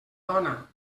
dona